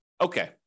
okay